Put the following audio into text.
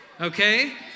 okay